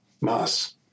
mass